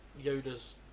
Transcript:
Yoda's